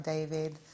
David